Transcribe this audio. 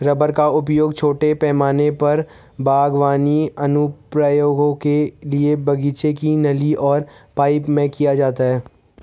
rubber का उपयोग छोटे पैमाने पर बागवानी अनुप्रयोगों के लिए बगीचे की नली और पाइप में किया जाता है